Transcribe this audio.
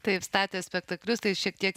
taip statė spektaklius tai šiek tiek